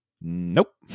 Nope